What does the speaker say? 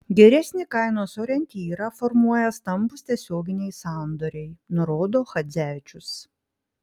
geresnį kainos orientyrą formuoja stambūs tiesioginiai sandoriai nurodo chadzevičius